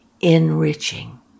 enriching